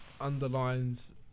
underlines